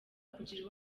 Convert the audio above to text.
kugira